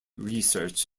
research